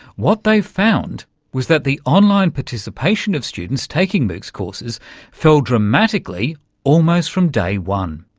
what they found was that the online participation of students taking moocs courses fell dramatically almost from day one.